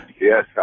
Yes